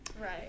right